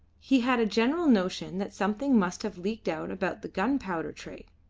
he had a general notion that something must have leaked out about the gunpowder trade,